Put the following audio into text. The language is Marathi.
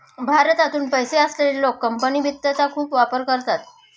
भारतातून पैसे असलेले लोक कंपनी वित्तचा खूप वापर करतात